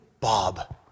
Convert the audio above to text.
Bob